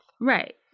Right